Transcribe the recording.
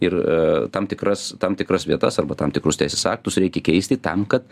ir tam tikras tam tikras vietas arba tam tikrus teisės aktus reikia keisti tam kad